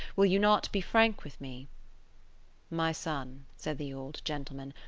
will you not be frank with me my son said the old gentleman,